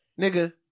Nigga